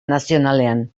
nazionalean